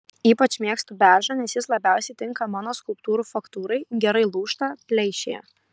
ypač mėgstu beržą nes jis labiausiai tinka mano skulptūrų faktūrai gerai lūžta pleišėja